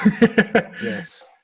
Yes